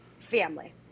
family